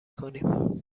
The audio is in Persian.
کنیم